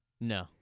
No